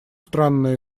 странная